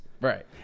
right